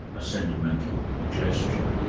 a sentimental gesture.